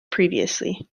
previously